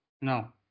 No